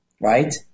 right